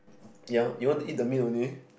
yea you want to eat the meat only